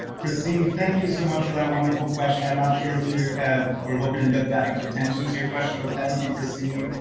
christine, thank you so much for that wonderful question. i'm not sure if you. were hoping to get that much attention to your question but thank you, christine.